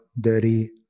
dirty